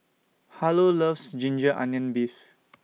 Harlow loves Ginger Onions Beef